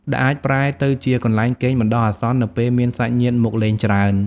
ដែលអាចប្រែទៅជាកន្លែងគេងបណ្តោះអាសន្ននៅពេលមានសាច់ញាតិមកលេងច្រើន។